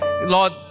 lord